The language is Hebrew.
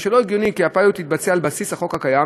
הרי שלא הגיוני כי הפיילוט יתבצע על בסיס החוק הקיים,